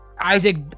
Isaac